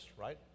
right